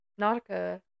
Nautica